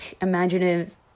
imaginative